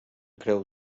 creu